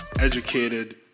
educated